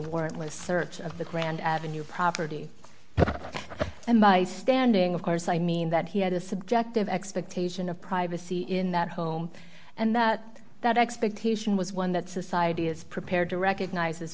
warrantless search of the grand avenue property and by standing of course i mean that he had a subjective expectation of privacy in that home and that that expectation was one that society is prepared to recognize